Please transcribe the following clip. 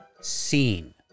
seen